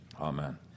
Amen